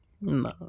No